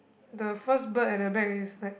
the first bird at the back is like